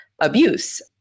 abuse